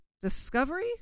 Discovery